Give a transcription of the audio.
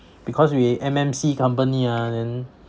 because we M_N_C company ah then